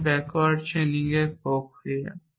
এটি ব্যাকওয়ার্ড চেইনিংয়ের প্রক্রিয়া